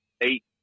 eight